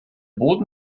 boden